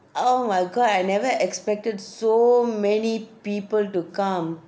oh my god I never expected so many people to come